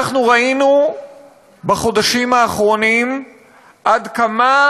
אנחנו ראינו בחודשים האחרונים עד כמה